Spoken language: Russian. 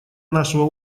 нашего